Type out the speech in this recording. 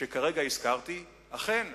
שכרגע הזכרתי, אכן,